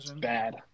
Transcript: Bad